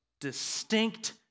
distinct